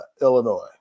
Illinois